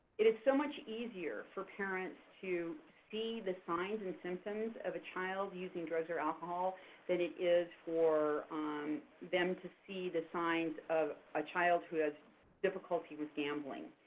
it is so much easier for parents to see the signs and symptoms of a child using drugs or alcohol than it is for um them to see the signs of a child who has difficulty with gambling,